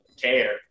care